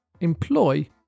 Employ